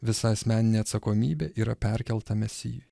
visa asmeninė atsakomybė yra perkelta mesijui